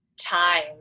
time